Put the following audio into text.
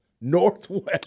Northwest